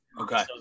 okay